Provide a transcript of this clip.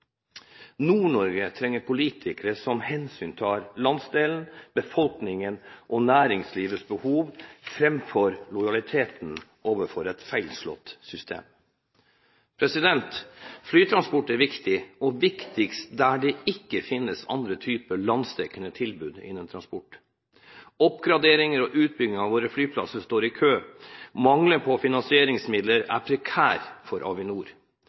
Nord-Norge trenger politikere som tar hensyn til landsdelen, befolkningen og næringslivets behov framfor å ha lojalitet til et feilslått system. Flytransport er viktig, og viktigst der det ikke finnes andre typer landsdekkende transporttilbud. Oppgraderinger og utbygging av våre flyplasser står i kø. Mangelen på finansieringsmidler er prekær for Avinor.